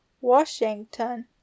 Washington